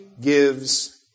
gives